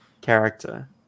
character